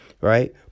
right